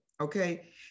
Okay